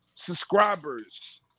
Subscribers